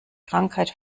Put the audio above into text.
krankheit